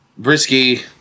Brisky